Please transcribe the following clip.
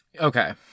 Okay